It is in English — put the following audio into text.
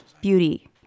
beauty